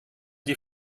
die